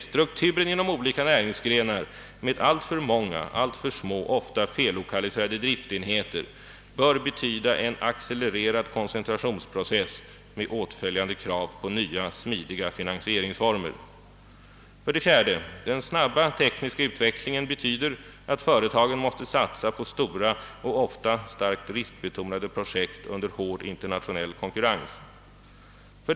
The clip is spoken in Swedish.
Strukturen inom olika näringsgrenar med alltför många, alltför små och ofta fellokaliserade driftsenheter, vilket gör en accelererad koncentrationsprocess med åtföljande krav på nya smidiga finansieringsformer nödvändig. 4. Den snabba tekniska utvecklingen, som medför att företagen måste satsa på stora och ofta starkt riskbetonade projekt under hård internationell konkurrens. 5.